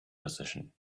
position